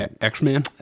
X-Men